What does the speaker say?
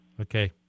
Okay